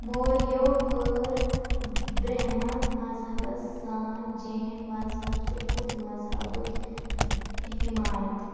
موریو کٲر برٛہمَن مذہبَس سان جین مذہب تہٕ بُدھ مذہبٕتۍ حِمایت